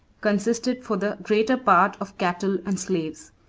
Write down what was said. consisted for the greater part of cattle and slaves.